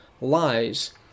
lies